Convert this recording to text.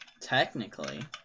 Technically